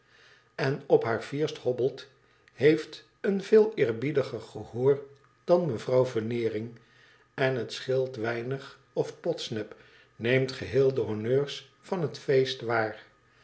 en op haar flerst hobbelt heeft een veel eerbiediger gehoor dan mevrouw veneering en het scheelt weinig of podsnap neemt geheel de honneurs van het feest waar